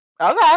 okay